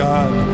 God